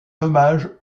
hommage